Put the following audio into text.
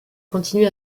continue